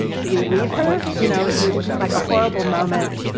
do we leave her? you know it was like a horrible moment,